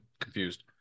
confused